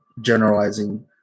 generalizing